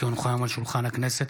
כי הונחו היום על שולחן הכנסת,